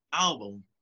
album